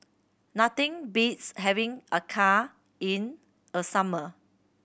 nothing beats having acar in a summer